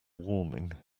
warming